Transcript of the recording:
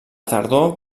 tardor